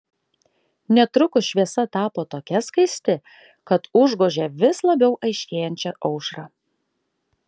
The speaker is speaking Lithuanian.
netrukus šviesa tapo tokia skaisti kad užgožė vis labiau aiškėjančią aušrą